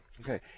Okay